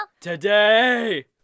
today